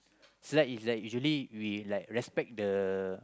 silat is like usually we like respect the